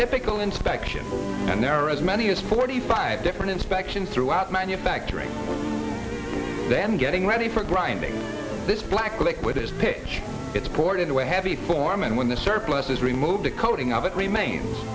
typical inspection and there are as many as forty five different inspections throughout manufacturing then getting ready for grinding this black liquid is pitch it's poured into a heavy form and when the surplus is removed the coating of it remains